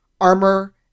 armor